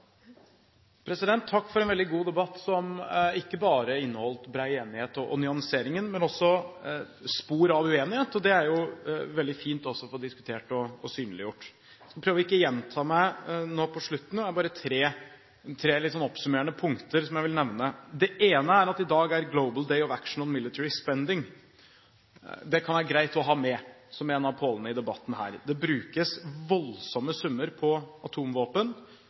Takk for en veldig god debatt, som ikke bare inneholdt bred enighet og nyanseringer, men også spor av uenighet, som det også er veldig fint å få diskutert og få synliggjort. Jeg skal prøve å ikke gjenta meg nå på slutten – jeg har bare tre oppsummerende punkter som jeg vil nevne. Det ene er at det i dag er Global Day of Action on Military Spending. Det kan være greit å ha med som en av pålene i debatten. Det brukes voldsomme summer på atomvåpen,